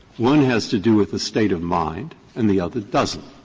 one has to do with the state of mind and the other doesn't.